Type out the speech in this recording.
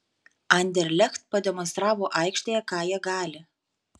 anderlecht pademonstravo aikštėje ką jie gali